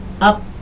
up